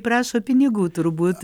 prašo pinigų turbūt